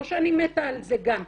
לא שאני מתה על זה גם.